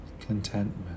contentment